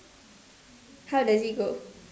how does it go